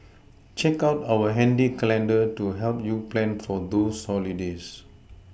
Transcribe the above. check out our handy calendar to help you plan for those holidays